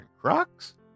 Crocs